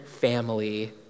family